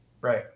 right